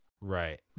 Right